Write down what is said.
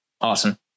awesome